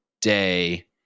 day